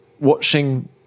watching